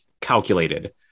calculated